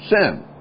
sin